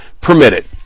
permitted